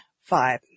five